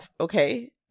Okay